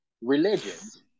religions